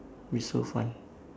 be so fun